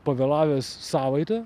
pavėlavęs savaitę